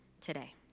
today